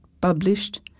published